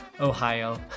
Ohio